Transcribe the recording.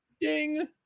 Ding